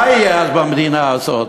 מה יהיה אז במדינה הזאת?